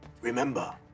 Remember